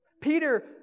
Peter